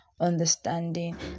understanding